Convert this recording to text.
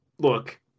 Look